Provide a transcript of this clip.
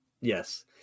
yes